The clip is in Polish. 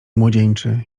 młodzieńczy